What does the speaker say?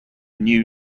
new